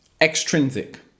Extrinsic